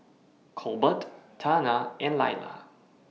Colbert Tana and Laila